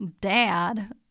dad